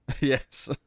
yes